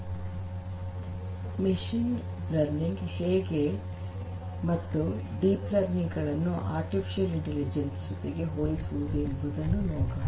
ಹೇಗೆ machine learning ಮತ್ತು deep learning ಗಳನ್ನು ಆರ್ಟಿಫಿಷಿಯಲ್ ಇಂಟೆಲಿಜೆನ್ಸ್ ಜೊತೆಗೆ ಹೋಲಿಸುವುದು ಎಂಬುದನ್ನು ನೋಡೋಣ